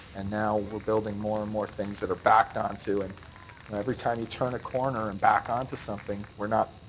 and now we're building more and more things that are backed on to, and and every time you turn a corner and back on to something, we're not